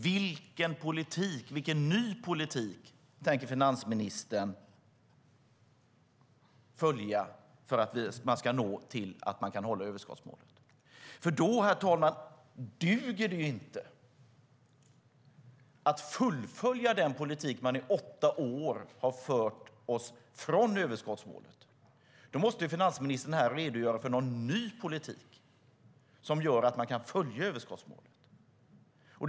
Vilken ny politik tänker finansministern följa för att man ska kunna hålla överskottsmålet? För då, herr talman, duger det inte att fullfölja den politik som i åtta år har fört oss från överskottsmålet. Då måste finansministern här redogöra för någon ny politik som gör att man kan följa överskottsmålet.